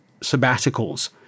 sabbaticals